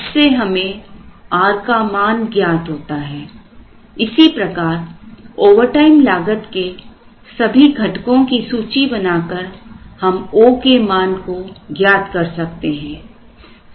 इससे हमें rका मान ज्ञात होता हैइसी प्रकार ओवरटाइम लागतके सभी घटकों की सूची बनाकर हम o के मान को ज्ञात कर सकते हैं